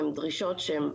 הן דרישות שהן,